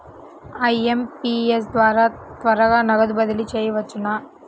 IMPS ద్వారా త్వరగా నగదు బదిలీ చేయవచ్చునా?